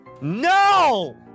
No